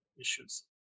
issues